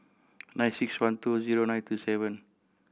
nine six one two zero nine two seven